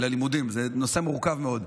הנושא מורכב מאוד.